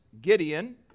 Gideon